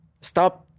stop